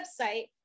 website